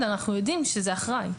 אנחנו יודעים שזה אחראי.